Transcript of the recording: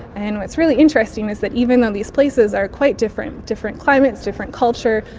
and what is really interesting is that even though these places are quite different, different climates, different culture,